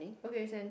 okay sent